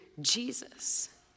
Jesus